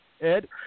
Ed